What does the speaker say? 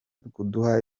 kuduha